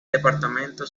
departamento